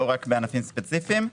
לא רק בענפים ספציפיים.